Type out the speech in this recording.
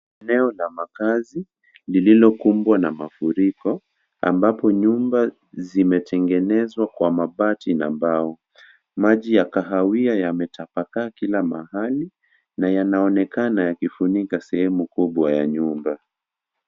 Eneo la makazi lililokumbwa na mafuriko ambapo nyumba zimetengenezwa kwa mabati na mbao. Maji yakahawia yametapakaa kila mahali na yanaonekana yakifunika sehemu kubwa ya nyumba.